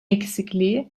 eksikliği